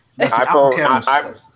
iPhone